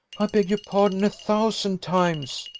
i beg your pardon a thousand times,